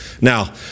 Now